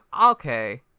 okay